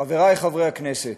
חברי חברי הכנסת,